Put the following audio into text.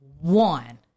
one